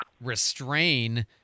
restrain